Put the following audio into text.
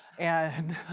and,